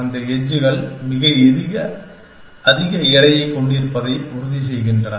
அந்த எட்ஜ்கள் மிக அதிக எடையைக் கொண்டிருப்பதை உறுதிசெய்கின்றன